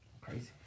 Crazy